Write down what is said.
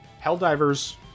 Helldivers